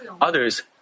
others